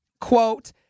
Quote